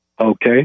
Okay